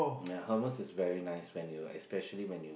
ya hummus is very nice when you especially when you